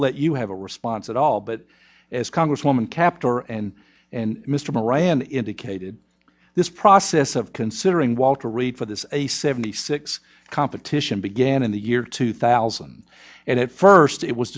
let you have a response at all but as congresswoman kaptur and and mr moran indicated this process of considering walter reed for this a seventy six competition began in the year two thousand and at first it was